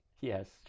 Yes